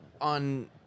on